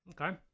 Okay